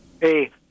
Hey